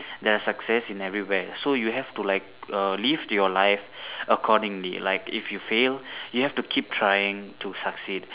there are success in everywhere so you have to like err live your life accordingly like if you fail you have to keep trying to succeed